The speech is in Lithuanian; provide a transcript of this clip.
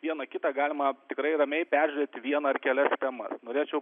vieną kitą galima tikrai ramiai peržiūrėti vieną ar kelias temas norėčiau